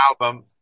album